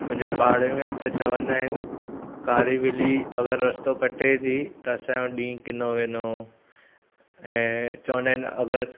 मुंहिंजे पाड़े में त चवंदा आहिनि कारी ॿिली अगरि रस्तो कटे थी त असांजो ॾीहुं किनो वेंदो ऐं चवंदा आहिनि अगरि